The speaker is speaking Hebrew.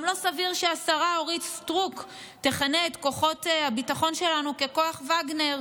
גם לא סביר שהשרה אורית סטרוק תכנה את כוחות הביטחון שלנו "כוח וגנר".